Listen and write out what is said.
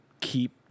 keep